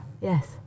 Yes